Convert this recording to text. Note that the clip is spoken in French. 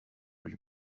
lui